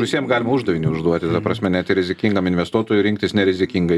visiem galima uždavinį užduoti ta prasme net ir rizikingam investuotojui rinktis nerizikingai